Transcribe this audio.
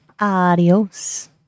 Adios